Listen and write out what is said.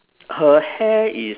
her hair is